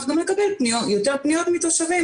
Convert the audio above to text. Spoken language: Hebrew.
לגבי מספר פניות אני צריכה לבדוק --- אם